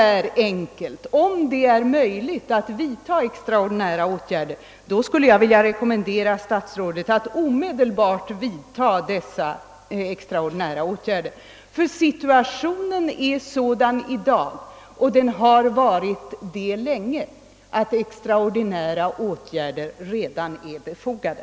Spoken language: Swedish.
Men om det nu är så enkelt att vidta extraordinära åtgärder, skulle jag vilja rekommendera statsrådet att omedelbart vidta dessa extraordinära åtgärder. Situationen har länge varit sådan, att extraordinära åtgärder är befogade.